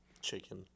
Chicken